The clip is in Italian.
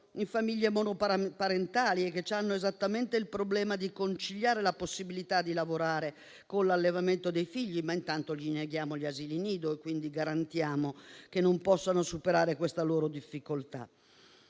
in famiglie monoparentali e che hanno il problema di conciliare la possibilità di lavorare con l'allevamento dei figli, ma intanto neghiamo loro gli asili nido e quindi garantiamo che non possano superare questa difficoltà.